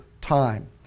time